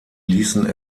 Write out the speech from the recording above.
ließen